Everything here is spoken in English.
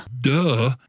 Duh